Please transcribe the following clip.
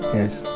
yes